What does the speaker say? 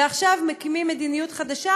ועכשיו מקימים מדיניות חדשה,